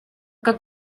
как